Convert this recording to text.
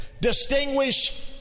distinguish